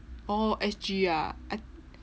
oh S_G ah I